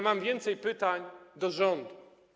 Mam więcej pytań do rządu.